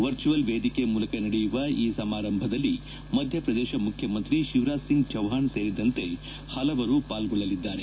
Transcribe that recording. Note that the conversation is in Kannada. ವರ್ಚುವಲ್ ವೇದಿಕೆ ಮೂಲಕ ನಡೆಯುವ ಈ ಸಮಾರಂಭದಲ್ಲಿ ಮಧ್ಯಪ್ರದೇಶ ಮುಖ್ಯಮಂತ್ರಿ ಶಿವರಾಜ್ಸಿಂಗ್ ಚೌಹಾಣ್ ಸೇರಿದಂತೆ ಪಲವರು ಪಾಲ್ಗೊಳ್ಳಲಿದ್ದಾರೆ